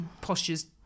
postures